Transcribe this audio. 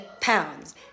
pounds